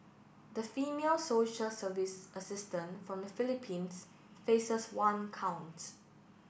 the female social service assistant from the Philippines faces one count